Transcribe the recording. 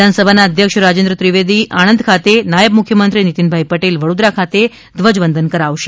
વિધાનસભાના અધ્યક્ષ રાજેન્દ્ર ત્રિવેદી આણંદ ખાતે નાયબ મુખ્યમંત્રી નિતિનભાઇ પટેલ વડોદરા ખાતે ધ્વજવંદન કરાવશે